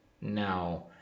Now